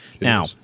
Now